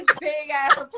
big-ass